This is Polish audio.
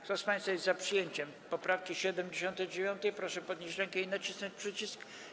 Kto z państwa jest za przyjęciem poprawki 79., proszę podnieść rękę i nacisnąć przycisk.